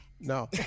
No